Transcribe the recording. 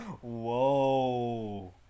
Whoa